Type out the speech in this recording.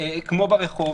כמו ברחוב,